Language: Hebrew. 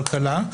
אבל קלה,